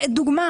דוגמה